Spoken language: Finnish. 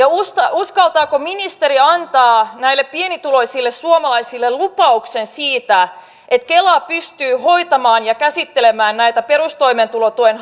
uskaltaako ministeriö antaa näille pienituloisille suomalaisille lupauksen siitä että kela pystyy hoitamaan ja käsittelemään näitä perustoimeentulotuen